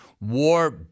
war